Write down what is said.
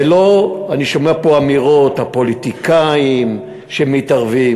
ולא, אני שומע פה אמירות: הפוליטיקאים שמתערבים.